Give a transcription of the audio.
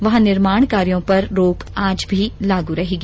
वहां निर्माण कार्यों पर रोक आज भी लागू रहेगी